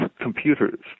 computers